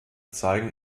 zeigen